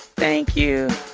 thank you